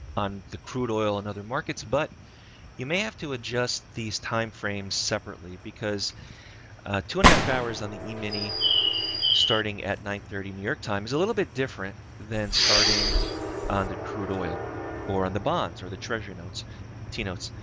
on the crude oil and other markets, but you may have to adjust these time-frames separately because a two and a half hours on the mini starting at nine thirty, new york times is a little bit different than starting on the crude oil or on the bonds or the treasury notes t notes.